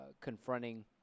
confronting